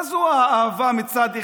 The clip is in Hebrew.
מה זו האהבה מצד אחד?